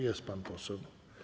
Jest pan poseł.